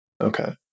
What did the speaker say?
Okay